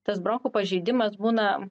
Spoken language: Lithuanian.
tas bronchų pažeidimas būna